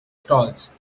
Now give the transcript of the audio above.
stalls